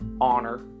honor